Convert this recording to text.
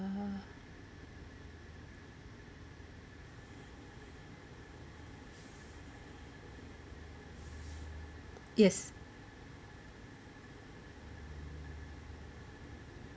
err yes